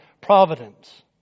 providence